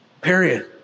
Period